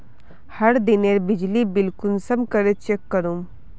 हर दिनेर बिजली बिल कुंसम करे चेक करूम?